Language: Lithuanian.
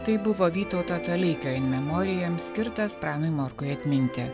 tai buvo vytauto toleikio in memoriam skirtas pranui morkui atminti